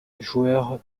joueur